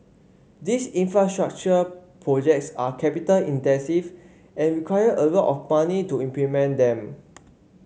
these infrastructure projects are capital intensive and require a lot of money to implement them